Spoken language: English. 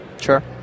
sure